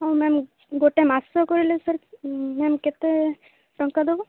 ହଉ ମ୍ୟାମ୍ ଗୋଟେ ମାସ କହିଲେ ସାର୍ ମ୍ୟାମ୍ କେତେ ଟଙ୍କା ଦେବ